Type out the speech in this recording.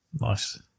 Nice